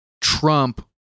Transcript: Trump